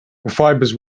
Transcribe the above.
fibres